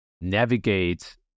navigate